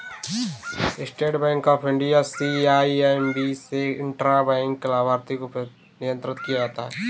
state Bank of India CIMB से intra bank लाभार्थी को नियंत्रण किया जाता है